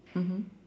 mmhmm